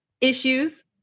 issues